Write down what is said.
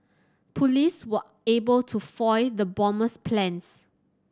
police were able to foil the bomber's plans